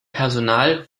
personal